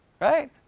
right